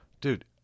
Dude